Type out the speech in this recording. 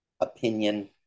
opinion